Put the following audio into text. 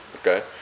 Okay